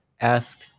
ask